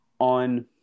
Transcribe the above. on